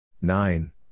Nine